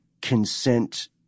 consent